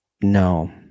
No